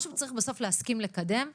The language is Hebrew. משהו בסוף צריך להסכים לקדם ולעשות.